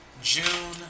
June